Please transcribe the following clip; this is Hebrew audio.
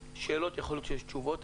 לשאלות יכול להיות שיש תשובות,